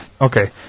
Okay